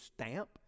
stamp